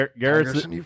Garrett's